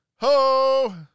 Ho